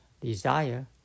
desire